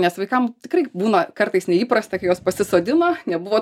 nes vaikam tikrai būna kartais neįprasta kai juos pasisodina nebuvo